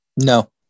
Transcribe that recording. No